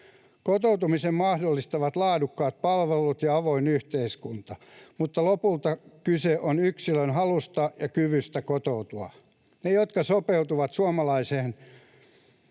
Kotoutumisen mahdollistavat laadukkaat palvelut ja avoin yhteiskunta, mutta lopulta kyse on yksilön halusta ja kyvystä kotoutua. Ne, jotka sopeutuvat suomalaiseen